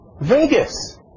Vegas